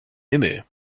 aimé